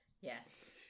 Yes